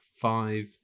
Five